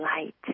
light